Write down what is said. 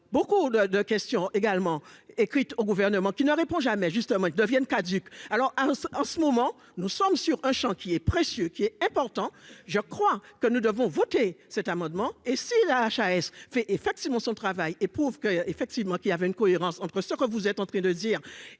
beaucoup de de questions également écrit au gouvernement qui ne répond jamais juste, ils deviennent caduques alors en ce moment, nous sommes sur un Champ qui est précieux, qui est important, je crois que nous devons voter cet amendement et si la HAS fait effectivement son travail et prouve que, effectivement, qu'il avait une cohérence entre ce que vous êtes en train de dire